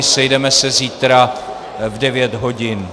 Sejdeme se zítra v 9 hodin.